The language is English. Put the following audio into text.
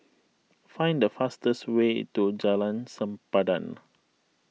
find the fastest way to Jalan Sempadan